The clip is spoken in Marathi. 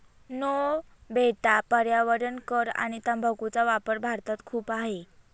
नो बेटा पर्यावरण कर आणि तंबाखूचा वापर भारतात खूप आहे